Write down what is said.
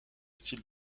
style